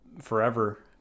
forever